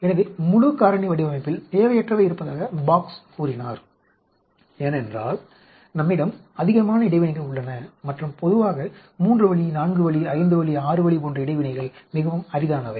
எனவே முழு காரணி வடிவமைப்பில் தேவையற்றவை இருப்பதாக Box கூறினார் ஏனென்றால் நம்மிடம் அதிகமான இடைவினைகள் உள்ளன மற்றும் பொதுவாக 3 வழி 4 வழி 5 வழி 6 வழி போன்ற இடைவினைகள் மிகவும் அரிதானவை